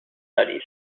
studies